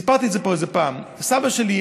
סיפרתי את זה פה פעם: סבא שלי,